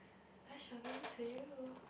I shall give it to you